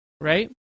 Right